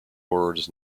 words